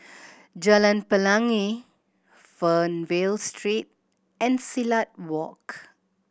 Jalan Pelangi Fernvale Street and Silat Walk